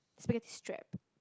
spaghetti strap